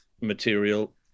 material